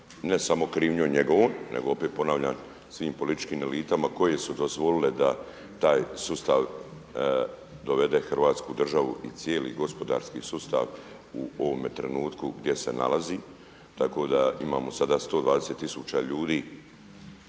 ne samo krivnjom njegovom, nego opet ponavljam, svim političkim elitama koje su dozvolile da taj sustav dovede do Hrvatsku državu i cijeli gospodarski sustav u ovome trenutku gdje se nalazi. Tako da imamo sada 120 tisuća ljudi